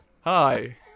Hi